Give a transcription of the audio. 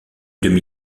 demi